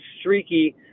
streaky